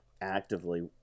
actively